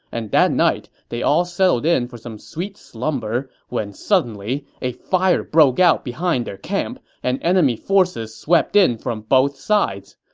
and that night they all settled in for some sweet slumber when suddenly, a fire broke out behind their camp, and enemy forces swept in from two sides.